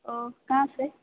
ओ कहाँ से